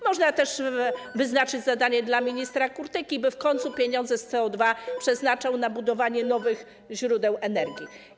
Można też wyznaczyć zadanie dla ministra Kurtyki, by w końcu pieniądze z CO2 przeznaczał na budowanie nowych źródeł energii.